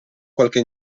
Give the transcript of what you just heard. qualche